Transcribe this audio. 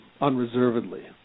unreservedly